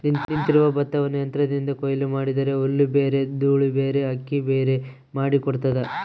ನಿಂತಿರುವ ಭತ್ತವನ್ನು ಯಂತ್ರದಿಂದ ಕೊಯ್ಲು ಮಾಡಿದರೆ ಹುಲ್ಲುಬೇರೆ ದೂಳುಬೇರೆ ಅಕ್ಕಿಬೇರೆ ಮಾಡಿ ಕೊಡ್ತದ